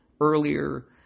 earlier